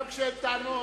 גם כשאין טענות,